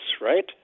right